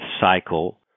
cycle